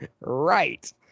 right